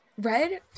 Red